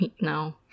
no